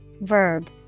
verb